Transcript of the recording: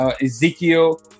Ezekiel